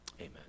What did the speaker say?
Amen